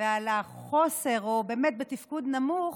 על תפקוד נמוך,